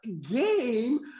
game